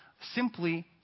simply